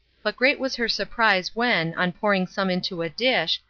but great was her surprise when, on pouring some into a dish,